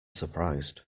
surprised